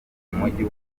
mujyi